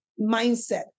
mindset